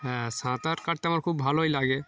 হ্যাঁ সাঁতার কাটতে আমার খুব ভালোই লাগে